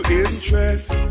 interest